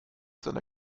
seiner